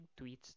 tweets